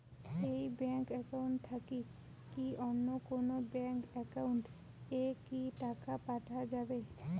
এই bank account থাকি কি অন্য কোনো ব্যাংক একাউন্ট এ কি টাকা পাঠা যাবে?